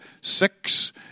six